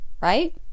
right